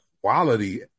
quality